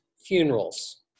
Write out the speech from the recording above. funerals